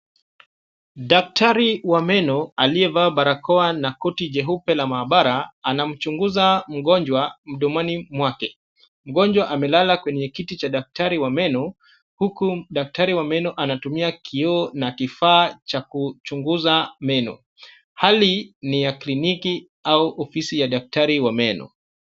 Daktari wa meno aliyevalia barakoa na koti jeupe la maabara anamuchuguza mgonjwa mdomoni mwake, mgonjwa amelala kwenye kiti cha daktari wa meno huku daktari wa meno anatumia kioo na kifaa cha kuchunguza meno. Hali ni ya cliniki au ofisi ya daktari wa meno.